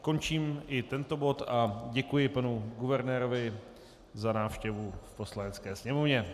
Končím i tento bod a děkuji panu guvernérovi za návštěvu v Poslanecké sněmovně.